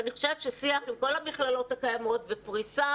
אבל שיח עם כל המכללות הקיימות ופרישה